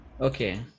Okay